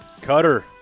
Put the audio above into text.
Cutter